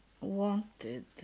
wanted